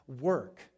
work